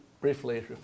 briefly